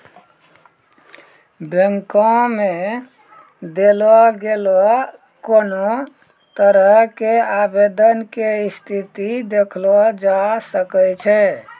बैंको मे देलो गेलो कोनो तरहो के आवेदन के स्थिति देखलो जाय सकै छै